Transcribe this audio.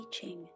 teaching